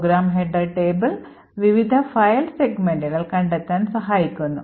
programme header table വിവിധ file സെഗ്മെന്റുകൾ കണ്ടെത്താൻ സഹായിക്കുന്നു